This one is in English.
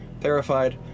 Terrified